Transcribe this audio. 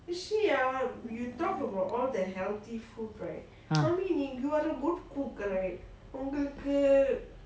ah